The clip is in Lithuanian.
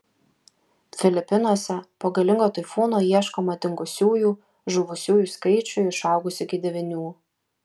filipinuose po galingo taifūno ieškoma dingusiųjų žuvusiųjų skaičiui išaugus iki devynių